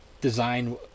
design